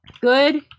good